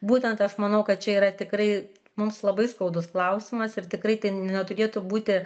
būtent aš manau kad čia yra tikrai mums labai skaudus klausimas ir tikrai neturėtų būti